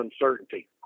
uncertainty